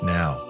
now